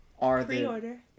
Pre-order